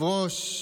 רגע.